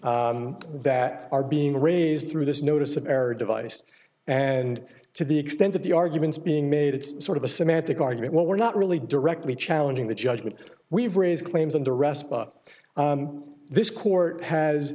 issues that are being raised through this notice of error device and to the extent of the arguments being made it's sort of a semantic argument well we're not really directly challenging the judgment we've raised claims under arrest but this court has